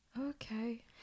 Okay